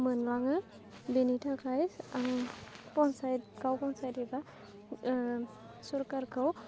मोनलाङो बेनि थाखाय आं पन्सायत गाव पन्सायत एबा सरकारखौ